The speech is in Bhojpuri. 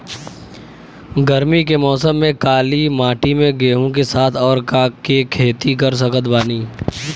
गरमी के मौसम में काली माटी में गेहूँ के साथ और का के खेती कर सकत बानी?